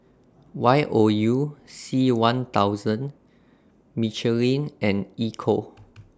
Y O U C one thousand Michelin and Ecco